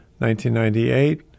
1998